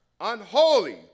unholy